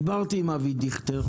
דיברתי עם אבי דיכטר,